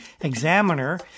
Examiner